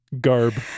garb